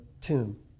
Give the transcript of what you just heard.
tomb